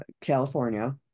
California